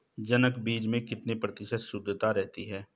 जनक बीज में कितने प्रतिशत शुद्धता रहती है?